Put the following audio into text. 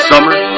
Summer